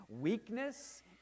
weakness